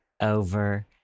over